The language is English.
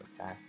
Okay